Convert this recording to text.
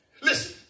Listen